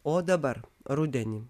o dabar rudenį